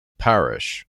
parish